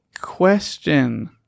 question